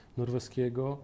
norweskiego